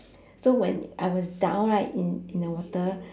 so when I was down right in in the water